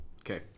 Okay